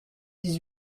dix